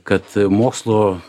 kad mokslo